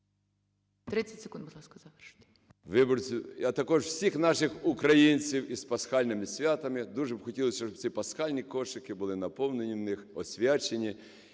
30 секунд. СПОРИШ І.Д. …виборців, а також всіх наших українців із Пасхальними святами. Дуже б хотілося, щоб ці пасхальні кошики були наповнені в них, освячені,